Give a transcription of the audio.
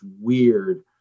weird